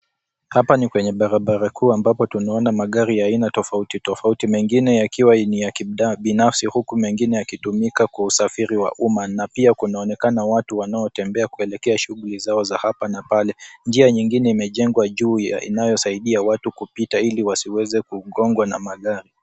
Hapa ni kwenye barabara kuu ambapo tunaona magari ya aina tofauti tofauti, mengine yakiwa ni ya kibinafsi huku mengine yakitumika kwa usafiri wa umma. Na pia, kunaonekana watu wanaotembea kuelekea shughuli zao za hapa na pale. Njia nyingine imejengwa juu inayosaidia watu kupita ili wasiweze kugongwa na magari.